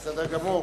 בסדר גמור,